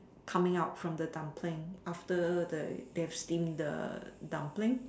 coming out from the dumpling after the they have steamed the dumpling